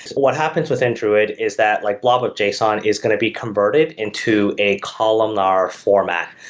what happens within druid is that like blob of json is going to be converted into a columnar format.